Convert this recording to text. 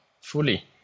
fully